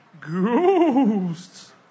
ghosts